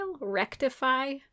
rectify